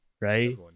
right